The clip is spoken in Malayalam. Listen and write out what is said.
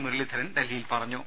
മുരളീധരൻ ഡൽഹിയിൽ പറഞ്ഞു